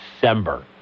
December